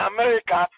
America